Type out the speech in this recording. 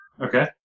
Okay